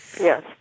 Yes